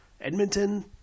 Edmonton